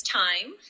time